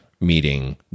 meeting